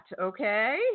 Okay